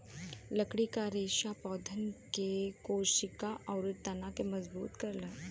लकड़ी क रेसा पौधन के कोसिका आउर तना के मजबूत करला